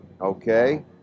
Okay